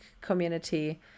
community